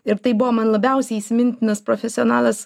ir tai buvo man labiausiai įsimintinas profesionalas